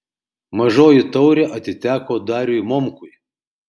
mažoji taurė atiteko dariui momkui